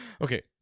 Okay